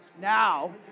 Now